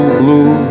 blue